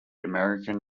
american